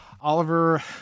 Oliver